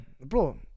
bro